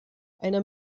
einer